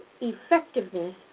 effectiveness